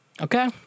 Okay